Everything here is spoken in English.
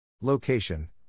Location